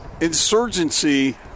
insurgency